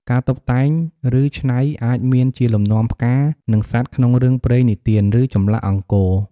ការតុបតែង ឬ ច្នៃអាចមានជាលំនាំផ្កា និងសត្វក្នុងរឿងព្រេងនិទាន ឬ ចម្លាក់អង្គរ។